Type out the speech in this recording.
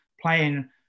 playing